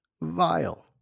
vile